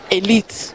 elite